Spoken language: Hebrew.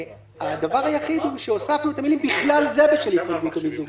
הדבר היחיד הוא שהוספנו את המילים: "ובכלל זה בשל התפלגות או מיזוג".